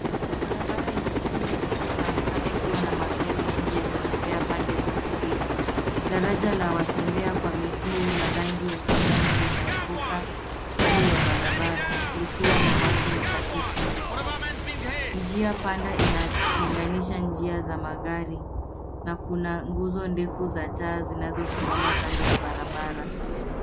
Barabara yenye shughuli nyingi inaonekana ikiwa na magari mengi yakitembea pande zote mbili. Daraja la watembea kwa miguu la rangi ya kijani linavuka juu ya barabara likiwa na watu wachache juu yake. Njia panda inatenganisha njia za magari na kuna nguzo ndefu za taa zinazosimama kando ya barabara.